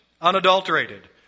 unadulterated